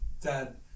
dad